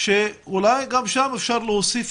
שאולי גם שם אפשר להוסיף